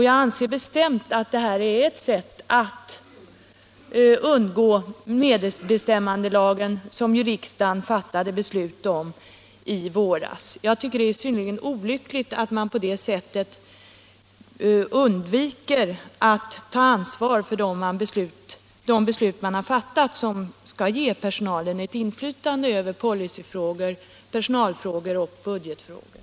Jag anser bestämt att det här är ett sätt att undgå medbestämmandelagen, som ju riksdagen fattat beslut om i våras. Jag tycker det är synnerligen olyckligt att man på det sättet undviker att ta ansvar för de beslut man har fattat, vilka ju skall ge personalen inflytande över policyfrågor, personalfrågor och budgetfrågor.